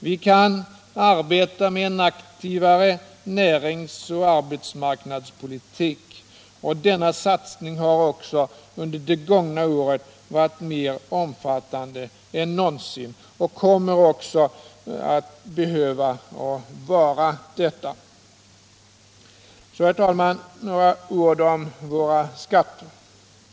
Vi kan driva en aktivare näringsoch arbetsmarknadspolitik. Satsningarna på de områdena har också under det gångna året varit mer omfattande än någonsin, och de kommer också att behöva vara omfattande. Så, herr talman, några ord om våra skatter.